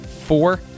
Four